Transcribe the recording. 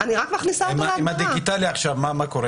מה קורה